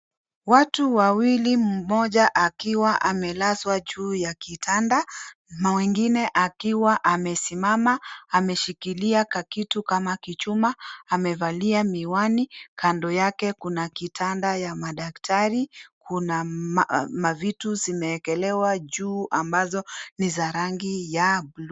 Watu wawili, mmoja akiwa amelazwa juu ya kitanda na wengine akiwa amesimama, ameshikilia kakitu kama kichuma. Amevalia miwani, kando yake kuna kitanda ya madaktari. Kuna mavitu zimewekelewa juu ambazo ni za rangi ya buluu.